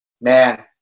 man